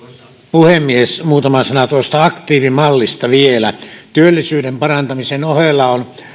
puhemies muutama sana tuosta aktiivimallista vielä työllisyyden parantamisen ohella on